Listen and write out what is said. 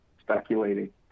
speculating